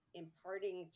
imparting